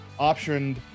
optioned